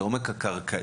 זה עומק הקרקעית.